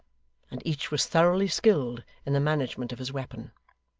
and each was thoroughly skilled in the management of his weapon.